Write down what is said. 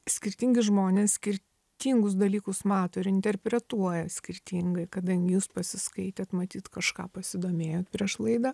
skirtingi žmonės skirtingus dalykus mato ir interpretuoja skirtingai kadangi jūs pasiskaitėt matyt kažką pasidomėjot prieš laidą